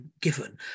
given